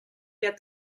get